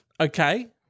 Okay